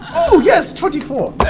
ooh, yes. twenty four.